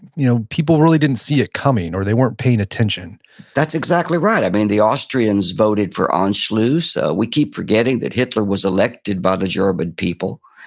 you know, people really didn't see it coming, or they weren't paying attention that's exactly right, i mean the austrians voted for anschluss. we keep forgetting that hitler was elected by the german people.